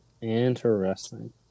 Interesting